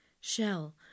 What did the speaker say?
Shell